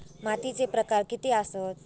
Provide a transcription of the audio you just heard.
मातीचे प्रकार किती आसत?